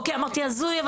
אמרתי הזוי,